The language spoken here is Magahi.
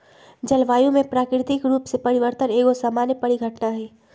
जलवायु में प्राकृतिक रूप से परिवर्तन एगो सामान्य परिघटना हइ